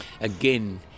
again